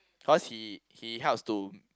cause he he helps to